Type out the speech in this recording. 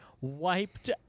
wiped